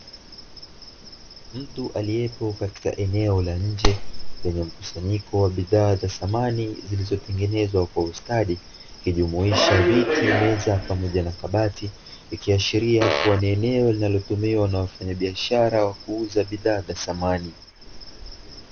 Mtu aliyepo katika eneo la nje lenye mkusanyiko wa bidhaa za samani zilizotengenezwa kwa ustadi ikijumuisha viti, meza, pamoja na kabati. Ikiashiria kuwa ni eneo linalotumiwa na wafanyabiashara wa kuuza bidhaa za samani.